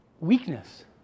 weakness